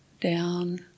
down